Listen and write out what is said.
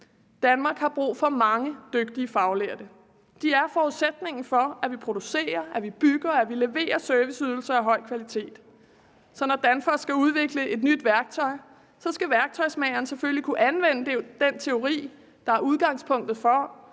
Danmark har brug for mange dygtige faglærte. De er forudsætningen for, at vi producerer, at vi bygger, at vi leverer serviceydelser af høj kvalitet. Så når Danfoss skal udvikle et nyt værktøj, skal værktøjsmageren selvfølgelig kunne anvende den teori, der er udgangspunktet for,